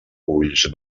ulls